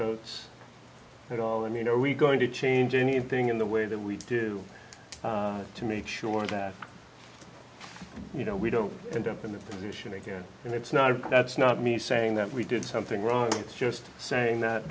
folks at all i mean are we going to change anything in the way that we do to make sure that you know we don't end up in the position again and it's not that's not me saying that we did something wrong it's just saying that